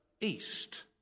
east